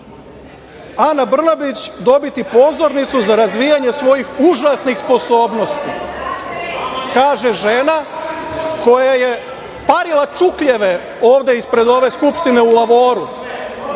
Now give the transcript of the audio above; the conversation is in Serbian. Ana Brnabić dobiti pozornicu za razvijanje svojih užasnih sposobnosti. Kaže - žena koja je parila čukljeve ovde ispred ove Skupštine u lavoru,